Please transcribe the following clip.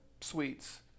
Suites